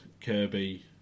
Kirby